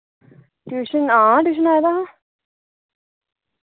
tuition हां tuition आए दा हा